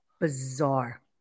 Bizarre